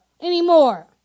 anymore